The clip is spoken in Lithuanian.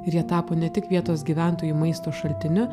ir jie tapo ne tik vietos gyventojų maisto šaltiniu